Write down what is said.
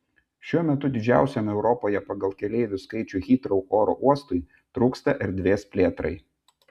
šiuo metu didžiausiam europoje pagal keleivių skaičių hitrou oro uostui trūksta erdvės plėtrai